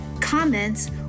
comments